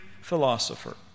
philosopher